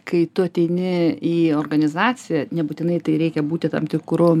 kai tu ateini į organizaciją nebūtinai tai reikia būti tam tikru